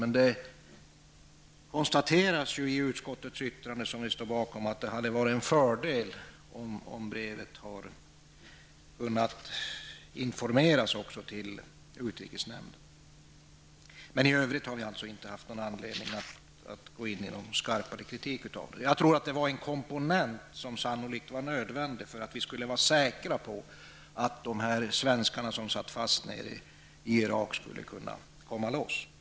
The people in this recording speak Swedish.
Det konstateras dock i utskottets yttrande som vi stod bakom att det hade varit en fördel om man hade informerat om brevet till utrikesnämnden. I övrigt har vi således inte haft någon anledning att gå in i någon skarpare kritik av det. Jag tror att det var en komponent som sannolikt var nödvändig för att vi skall kunna vara säkra på att de svenskar som satt fast nere i Irak skulle kunna komma loss.